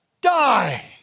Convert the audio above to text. die